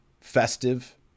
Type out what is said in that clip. Festive